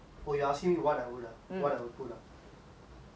what I would put I don't know but I once saw this tattoo